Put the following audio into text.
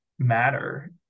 matter